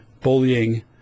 bullying